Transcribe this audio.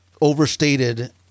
overstated